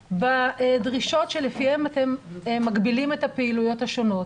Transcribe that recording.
בדרישות שלפיהם אתם מגבילים את הפעילויות השונות.